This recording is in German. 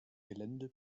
gelände